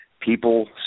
People